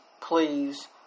Please